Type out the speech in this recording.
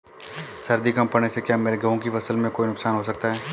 सर्दी कम पड़ने से क्या मेरे गेहूँ की फसल में कोई नुकसान हो सकता है?